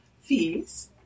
fees